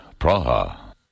Praha